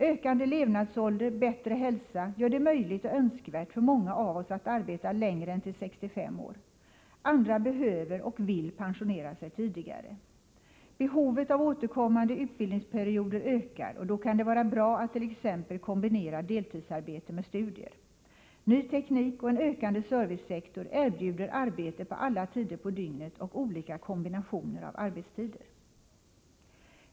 Ökande levnadsålder och bättre hälsa gör det möjligt och önskvärt för många av oss att arbeta längre än till 65 år. Andra behöver och vill pensionera sig tidigare. Behovet av återkommande utbildningsperioder ökar, och då kan det vara bra attt.ex. kombinera deltidsarbete med studier. Ny teknik och en ökande servicesektor erbjuder arbete på alla tider på dygnet och olika kombinationer av arbetstider.